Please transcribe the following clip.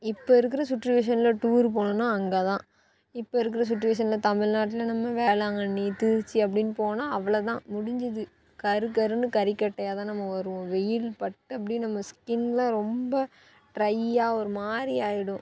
இப்போ இருக்கிற சுடுவேஷனில் டூர் போகணுன்னா அங்கே தான் இப்போ இருக்கிற சுடுவேஷனில் தமிழ்நாட்ல நம்ம வேளாங்கண்ணி திருச்சி அப்டின்னு போனால் அவ்வளோதான் முடிஞ்சுது கரு கருன்னு கரி கட்டையாக தான் நம்ம வருவோம் வெயில் பட்டு அப்படியே நம்ம ஸ்கின்னில் ரொம்ப ட்ரையாக ஒரு மாதிரி ஆகிடும்